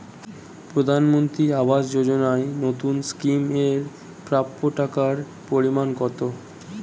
প্রধানমন্ত্রী আবাস যোজনায় নতুন স্কিম এর প্রাপ্য টাকার পরিমান কত?